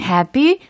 Happy